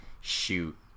shoot